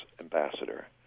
ambassador